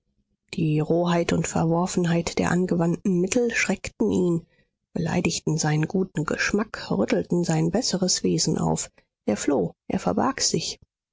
die roheit und verworfenheit der angewandten mittel schreckten ihn beleidigten seinen guten geschmack rüttelten sein besseres wesen auf er floh er verbarg sich